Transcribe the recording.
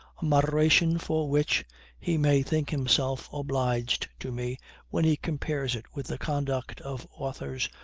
a moderation for which he may think himself obliged to me when he compares it with the conduct of authors,